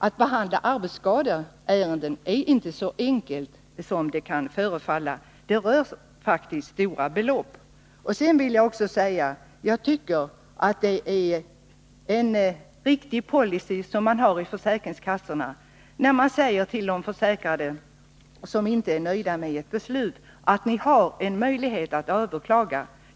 Att behandla arbetsskadeärenden är alltså inte så enkelt som det kan förefalla. Det rör sig faktiskt om stora belopp av betydelse för den enskilde. Jag tycker att det är en riktig policy försäkringskassorna har att säga till en försäkrad som inte är nöjd med ett beslut att han eller hon har möjlighet att överklaga.